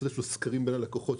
לראות מה עולה,